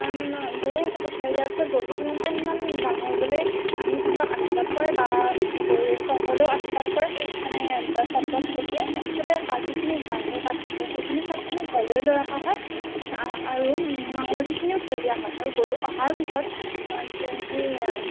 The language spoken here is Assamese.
সিমান গৰুক পঠিয়াই দিয়া পাছত গৰুবোৰ যিমান পাৰে সিমান ডাঙৰ হ'বলৈ আমি তাহাঁতক আশীৰ্বাদ কৰে বা বয়োজ্যেষ্ঠ সকলেও আশীৰ্বাদ কৰে মানে চাত তাত চটিয়াই তাৰ পাছতে যিখিনি বাঢ়ে বা থাকে সেইখিনি চাতখিনি ঘৰলৈ লৈ অহা হয় আৰু মাহ হালধিখিনিও থৈ দিয়া হয় আৰু গৰু অহাৰ পিছত সেই